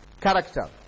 character